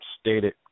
stated